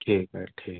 ठीक आहे ठीक